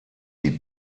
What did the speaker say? die